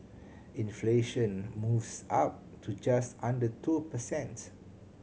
inflation moves up to just under two per cent